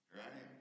right